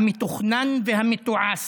המתוכנן והמתועש,